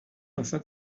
واست